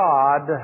God